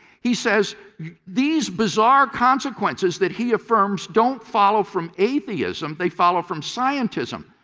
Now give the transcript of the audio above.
he says these bizarre consequences that he affirms don't follow from atheism, they follow from scientism.